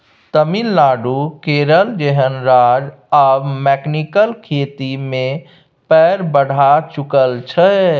तमिलनाडु, केरल जेहन राज्य आब मैकेनिकल खेती मे पैर बढ़ाए चुकल छै